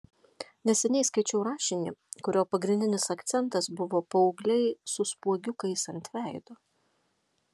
neseniai skaičiau rašinį kurio pagrindinis akcentas buvo paaugliai su spuogiukais ant veido